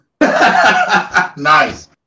Nice